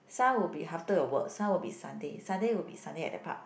some would be after a work some would be Sunday Sunday would be Sunday at the park